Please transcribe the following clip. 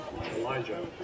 Elijah